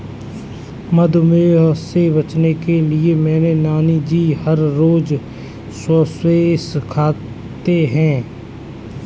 मधुमेह से बचने के लिए मेरे नानाजी हर रोज स्क्वैश खाते हैं